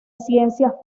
ciencias